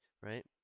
right